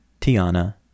Tiana